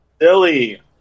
silly